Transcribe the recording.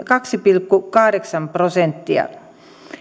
kaksi pilkku kahdeksan prosenttia